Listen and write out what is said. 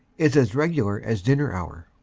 is as regular as dinner hour.